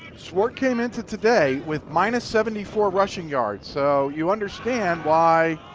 swart came into today with minus seventy four rushing yards so you understand why